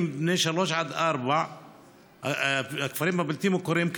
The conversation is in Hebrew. בני שלוש עד ארבע בכפרים הבלתי-מוכרים,